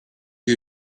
you